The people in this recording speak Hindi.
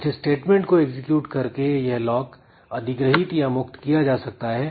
कुछ स्टेटमेंट को एग्जीक्यूट करके यह लॉक अधिग्रहीत या मुक्त किया जा सकता है